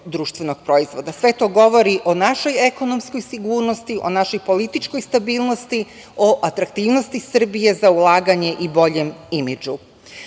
u Srbiji 4,9% BDP. Sve to govori o našoj ekonomskoj sigurnosti, o našoj političkoj stabilnosti, o atraktivnosti Srbije za ulaganje i boljem